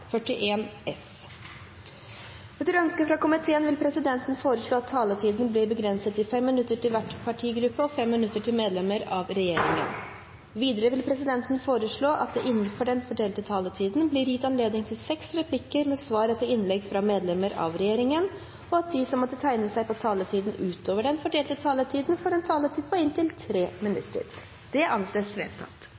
regjeringen. Videre vil presidenten foreslå at det blir gitt anledning til inntil seks replikker med svar etter innlegg fra medlemmer av regjeringen innenfor den fordelte taletid, og at de som måtte tegne seg på talerlisten utover den fordelte taletid, får en taletid på inntil